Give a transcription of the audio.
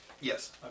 Yes